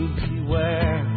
beware